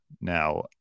Now